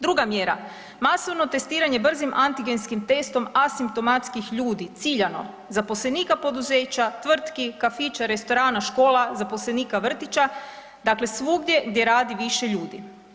Druga mjera, masovno testiranje brzim antigenskim testom asimptomatskih ljudi, ciljano, zaposlenika poduzeća, tvrtki, kafića, restorana, škola, zaposlenika vrtića, dakle svugdje gdje radi više ljudi.